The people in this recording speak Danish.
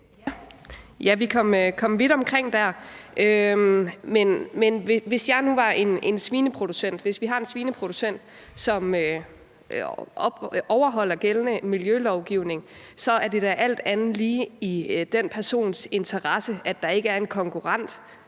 (S): Vi kom vidt omkring dér. Men hvis vi nu har en svineproducent, som overholder gældende miljølovgivning, så er det da alt andet lige i den persons interesse, at der ikke er en konkurrent,